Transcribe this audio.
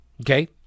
okay